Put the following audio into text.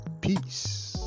peace